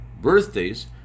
birthdays